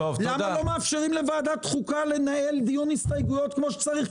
למה לא מאפשרים לוועדת חוקה לנהל דיון הסתייגויות כמו שצריך,